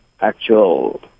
actual